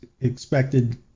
expected